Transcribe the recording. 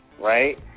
right